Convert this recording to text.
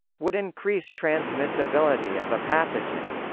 would increase transmissibility of a pathogen